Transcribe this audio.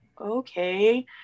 okay